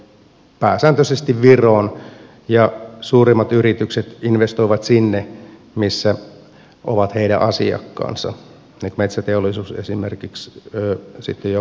pk sektori investoi pääsääntöisesti viroon ja suurimmat yritykset investoivat sinne missä ovat heidän asiakkaansa nyt metsäteollisuus esimerkiksi sitten jo latinalaiseen amerikkaan